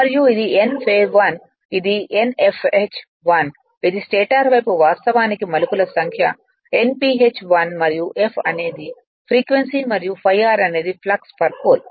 మరియు ఇది N pha1 ఇది Nfh 1 ఇది స్టేటర్ వైపు వాస్తవానికి మలుపుల సంఖ్య Nph 1 మరియు f అనేది ఫ్రీక్వెన్సీ మరియు ∅r అనేది ఫ్లక్స్ పోల్